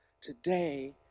today